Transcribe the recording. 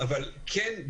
כן,